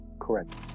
Correct